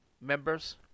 members